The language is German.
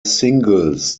singles